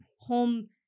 home